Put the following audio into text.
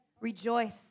Rejoice